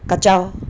kajiao